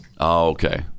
okay